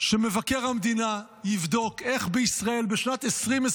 שמבקר המדינה יבדוק איך בישראל בשנת 2025